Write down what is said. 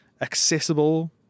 accessible